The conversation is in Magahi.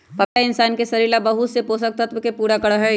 पपीता इंशान के शरीर ला बहुत से पोषक तत्व के पूरा करा हई